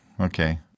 okay